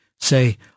say